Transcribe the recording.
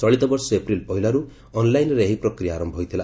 ଚଳିତବର୍ଷ ଏପ୍ରିଲ ପହିଲାରୁ ଅନ୍ଲାଇନ୍ରେ ଏହି ପ୍ରକ୍ରିୟା ଆରମ୍ଭ ହୋଇଥିଲା